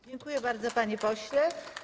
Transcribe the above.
Dziękuję bardzo, panie pośle.